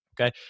Okay